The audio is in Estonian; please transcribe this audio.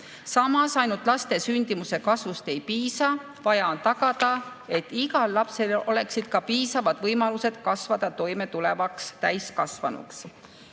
Samas ainult laste sündimuse kasvust ei piisa – vaja on tagada, et igal lapsel oleksid ka piisavad võimalused kasvada toimetulevaks täiskasvanuks.